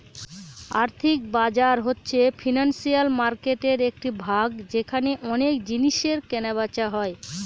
আর্থিক বাজার হচ্ছে ফিনান্সিয়াল মার্কেটের একটি ভাগ যেখানে অনেক জিনিসের কেনা বেচা হয়